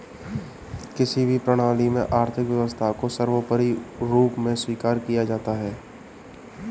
किसी भी प्रणाली में आर्थिक व्यवस्था को सर्वोपरी रूप में स्वीकार किया जाता है